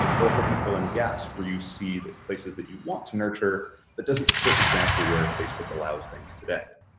they'll help you fill in gaps where you see the places that you want to nurture that doesn't fit exactly where facebook allows things today.